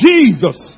Jesus